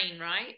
right